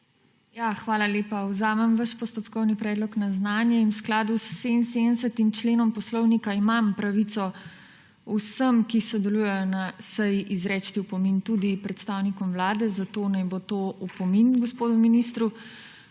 Hvala lepa. Vzamem vaš postopkovni predlog na znanje in v skladu s 77. členom Poslovnika imam pravico vsem, ki sodelujejo na seji, izreči opomin, tudi predstavnikom Vlade, zato naj bo to opomin gospodu ministru,